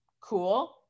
cool